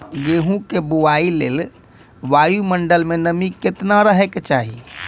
गेहूँ के बुआई लेल वायु मंडल मे नमी केतना रहे के चाहि?